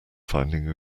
finding